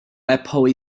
apple